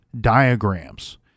diagrams